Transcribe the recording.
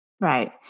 Right